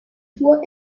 tour